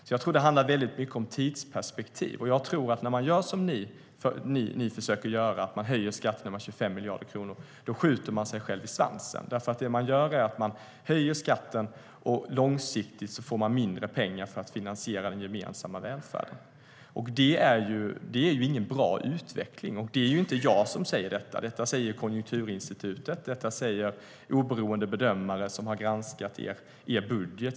Jag tror att det handlar mycket om tidsperspektiv, och jag tror att när man gör som ni försöker göra - höjer skatten med 25 miljarder kronor - skjuter man sig själv i svansen. Det man gör är att man höjer skatten och långsiktigt får mindre pengar för att finansiera den gemensamma välfärden. Det är ingen bra utveckling. Det är inte jag som säger detta. Detta säger Konjunkturinstitutet och oberoende bedömare som har granskat er budget.